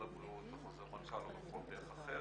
הבריאות בחוזר מנכ"ל או בכל דרך אחרת,